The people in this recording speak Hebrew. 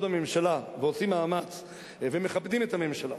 בממשלה ועושים מאמץ ומכבדים את הממשלה,